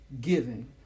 giving